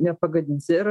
nepagadinsi ir